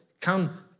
come